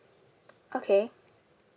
okay